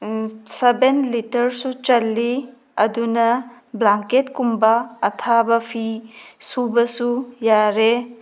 seven ꯂꯤꯇꯔꯁꯨ ꯆꯜꯂꯤ ꯑꯗꯨꯅ ꯕ꯭ꯂꯥꯡꯀꯦꯠ ꯀꯨꯝꯕ ꯑꯊꯥꯕ ꯐꯤ ꯁꯨꯕꯁꯨ ꯌꯥꯔꯦ